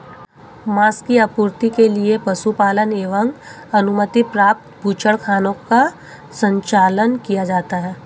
माँस की आपूर्ति के लिए पशुपालन एवं अनुमति प्राप्त बूचड़खानों का संचालन किया जाता है